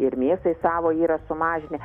ir mėsai savo yra sumažinę